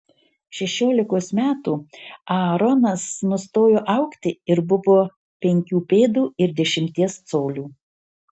šešiolikos metų aaronas nustojo augti ir buvo penkių pėdų ir dešimties colių